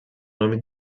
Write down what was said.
nome